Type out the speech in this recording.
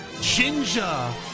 ginger